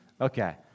Okay